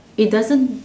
it doesn't